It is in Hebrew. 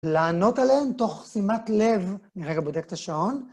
לענות עליהן תוך שימת לב, אני רגע בודק את השעון.